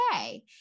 okay